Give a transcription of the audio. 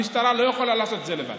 המשטרה לא יכולה לעשות את זה לבד.